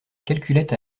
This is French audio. calculette